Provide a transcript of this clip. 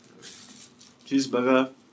Cheeseburger